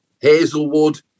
Hazelwood